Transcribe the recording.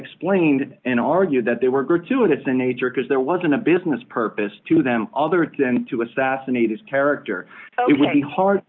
explained and argued that they were gratuitous in nature because there wasn't a business purpose to them other than to assassinate his character